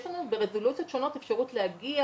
יש מה לשאוף להגיע